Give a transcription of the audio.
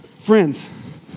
Friends